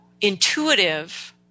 intuitive